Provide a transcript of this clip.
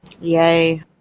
Yay